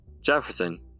Jefferson